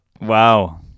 Wow